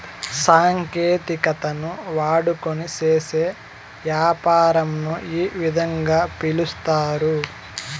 సాంకేతికతను వాడుకొని చేసే యాపారంను ఈ విధంగా పిలుస్తారు